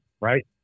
right